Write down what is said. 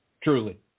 truly